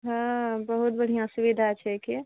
हँ बहुत बढ़िआँ सुविधा छै कि